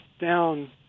down